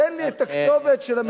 תן לי את הכתובת של המדינה,